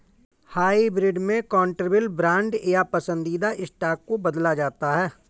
hybrid में convertible bond या पसंदीदा स्टॉक को बदला जाता है